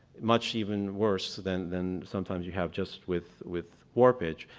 much even worse than than sometimes you have just with with warpage.